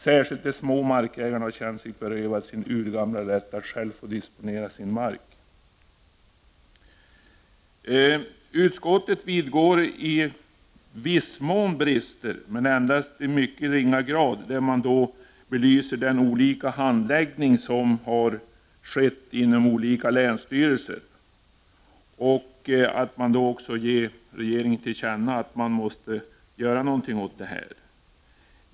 Särskilt de små markägarna har känt sig berövade sin urgamla rätt att själva få disponera sin mark. Utskottet vidgår att det i viss mån förekommer brister, men endast i mycket ringa grad. Man pekar då på den olikartade handläggning som har skett inom olika länsstyrelser. Utskottet vill att riksdagen skall ge regeringen till känna att man måste göra något åt detta.